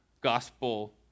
gospel